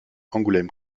angoulême